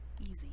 easy